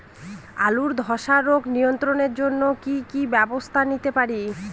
আলুর ধ্বসা রোগ নিয়ন্ত্রণের জন্য কি কি ব্যবস্থা নিতে পারি?